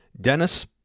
Dennis